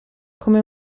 come